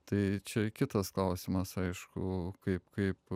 tai čia kitas klausimas aišku kaip kaip